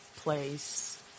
place